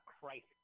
Christ